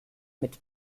mit